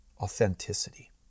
authenticity